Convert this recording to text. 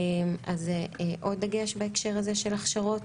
זה עוד דגש בהקשר הזה של הכשרות.